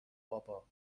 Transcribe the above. بابا